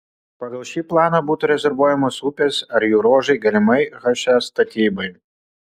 pagal šį planą būtų rezervuojamos upės ar jų ruožai galimai he statybai